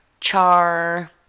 Char